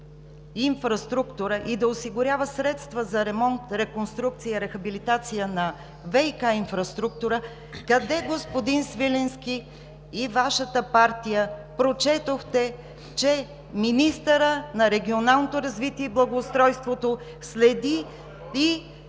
инфраструктура и да осигурява средства за ремонт, за реконструкция и рехабилитация на ВиК инфраструктура, къде, господин Свиленски и Вашата партия, прочетохте, че министърът на регионалното развитие и благоустройството следи и